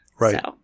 right